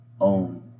own